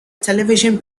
television